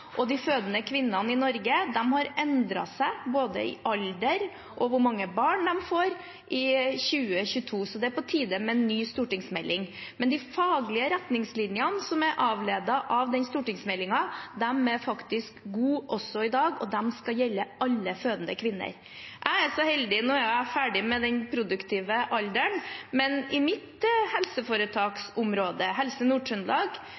og de fødende kvinnene i Norge i 2022 har endret seg, når det gjelder både alder og hvor mange barn de får. Så det er på tide med en ny stortingsmelding. Men de faglige retningslinjene, som er avledet av den stortingsmeldingen, er faktisk gode også i dag, og de skal gjelde for alle fødende kvinner. Nå er jeg ferdig med den produktive alderen, men i mitt